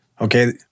Okay